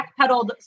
backpedaled